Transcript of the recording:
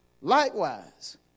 likewise